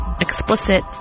explicit